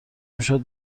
میشد